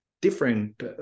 different